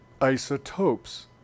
isotopes